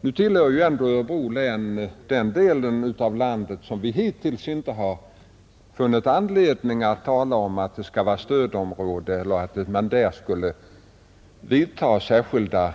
Nu tillhör ändå Örebro län den del av landet beträffande vilken vi hittills inte har funnit anledning att tala om att den skulle räknas till stödområdet eller att man där skulle vidta särskilda